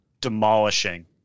demolishing